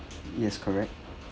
yes correct